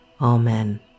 Amen